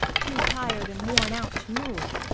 too tired and worn out to move.